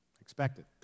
expected